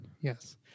Yes